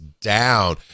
down